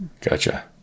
Gotcha